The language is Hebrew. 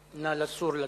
נא לסור לדוכן.